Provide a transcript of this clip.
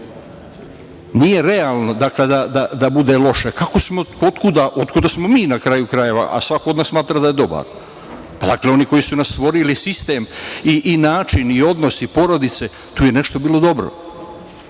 Nije realno da bude loše. Otkuda smo mi na kraju, krajeva, a svako od nas smatra da je dobar? Dakle, oni koji su nas stvorili, sistem i način i odnosi porodice, tu je nešto bilo dobro.